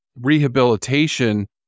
rehabilitation